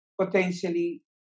potentially